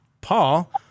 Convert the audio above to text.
Paul